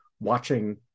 watching